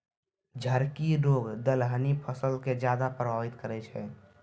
झड़की रोग दलहनी फसल के ज्यादा प्रभावित करै छै